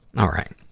all right,